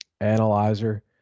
analyzer